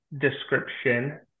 description